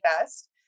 best